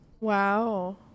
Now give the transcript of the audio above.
Wow